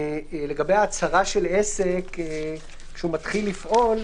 לגבי ההצהרה של עסק כשהוא מתחיל לפעול.